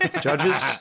judges